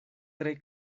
tre